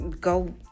go